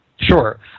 Sure